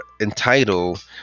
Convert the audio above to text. entitled